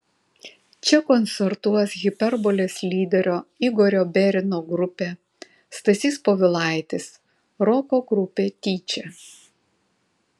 čia koncertuos hiperbolės lyderio igorio berino grupė stasys povilaitis roko grupė tyčia